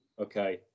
okay